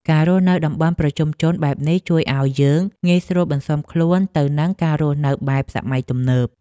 ការរស់នៅតំបន់ប្រជុំជនបែបនេះជួយឱ្យយើងងាយស្រួលបន្សាំខ្លួនទៅនឹងការរស់នៅបែបសម័យទំនើប។